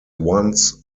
once